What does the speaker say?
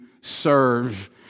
serve